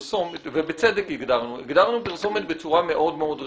ובצדק, פרסומת בצורה מאוד-מאוד רחבה.